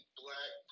black